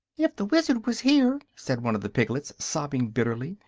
if the wizard was here, said one of the piglets, sobbing bitterly,